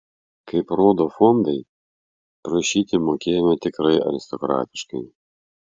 kaip rodo fondai prašyti mokėjome tikrai aristokratiškai